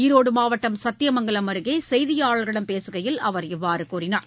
ஈரோடு மாவட்டம் சத்தியமங்கலம் அருகே செய்தியாளர்களிடம் பேசுகையில் அவர் இவ்வாறு கூறினார்